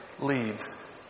leads